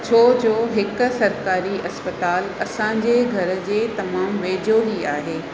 छो जो हिक सरकारी इस्पतालि असांजे घर जे तमामु वेझो ई आहे